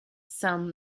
some